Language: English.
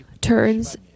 turns